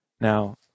Now